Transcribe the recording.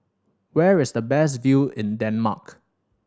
where is the best view in Denmark